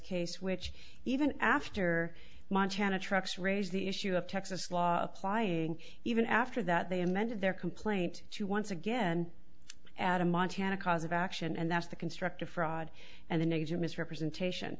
case which even after montana trucks raised the issue of texas law applying even after that they amended their complaint to once again at a montana cause of action and that's the construct of fraud and the nature misrepresentation